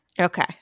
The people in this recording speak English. Okay